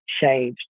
changed